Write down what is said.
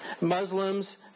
Muslims